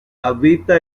habita